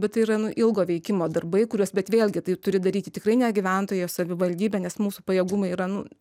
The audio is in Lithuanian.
bet tai yra nu ilgo veikimo darbai kuriuos bet vėlgi tai turi daryti tikrai ne gyventojai o savivaldybė nes mūsų pajėgumai yra nu